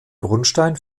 grundstein